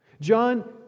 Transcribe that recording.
John